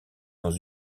dans